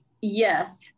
yes